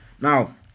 Now